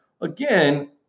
again